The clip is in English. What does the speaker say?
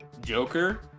Joker